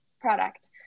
product